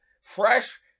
fresh